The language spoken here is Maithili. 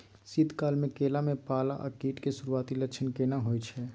शीत काल में केला में पाला आ कीट के सुरूआती लक्षण केना हौय छै?